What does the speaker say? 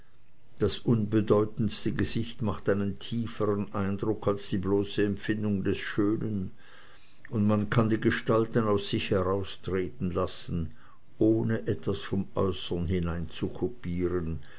das unbedeutendste gesicht macht einen tiefern eindruck als die bloße empfindung des schönen und man kann die gestalten aus sich heraustreten lassen ohne etwas vom äußern